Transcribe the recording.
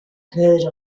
heard